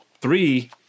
three